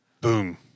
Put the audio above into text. Boom